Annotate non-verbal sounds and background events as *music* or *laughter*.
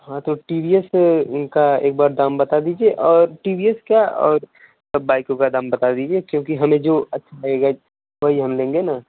हाँ तो T V S का एक बार फाम बता दीजिये और टी वी एस का और *unintelligible* का नाम बता दीजिये क्योंकि हमें जो *unintelligible* वही हम लेंगे न